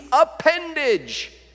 appendage